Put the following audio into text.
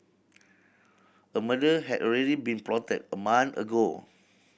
a murder had already been plotted a month ago